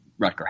Rutger